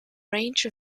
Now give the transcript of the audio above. range